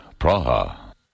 Praha